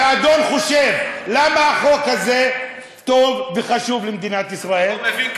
ואדון חושב, למה החוק הזה טוב וחשוב למדינת ישראל?